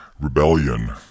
rebellion